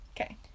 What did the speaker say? Okay